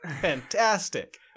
Fantastic